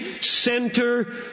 center